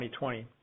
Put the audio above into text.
2020